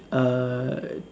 uh